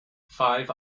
five